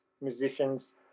musicians